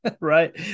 right